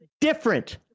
different